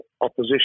opposition